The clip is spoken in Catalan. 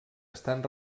estan